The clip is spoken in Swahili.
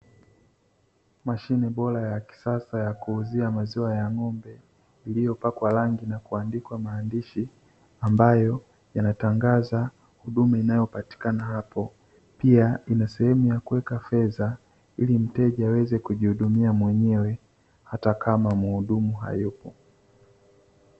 Mashine bora ya kisasa ya kuuzia maziwa ya ng'ombe iliyopakwa rangi na kuandikwa maandishi ambayo yanatangaza huduma inayopatikana hapo, pia ina sehemu ya kuweka fedha ili mteja aweze kujihudumia mwenyewe hata kama mhudumu hayupo.